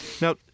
Now